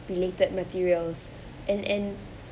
related materials and and